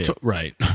right